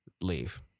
leave